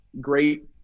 great